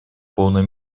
полной